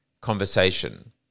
conversation